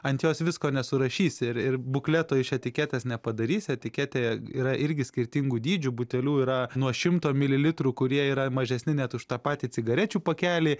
ant jos visko nesurašysi ir ir bukleto iš etiketės nepadarysi etiketė yra irgi skirtingų dydžių butelių yra nuo šimto mililitrų kurie yra mažesni net už tą patį cigarečių pakelį